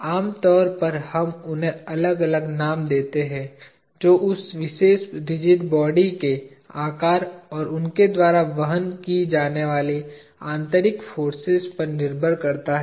आमतौर पर हम उन्हें अलग अलग नाम देते हैं जो उस विशेष रिजिड बॉडी के आकार और उनके द्वारा वहन की जाने वाली आंतरिक फोर्सेज पर निर्भर करता है